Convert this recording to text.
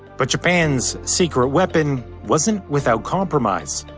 but japan's secret weapon wasn't without compromise.